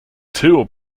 two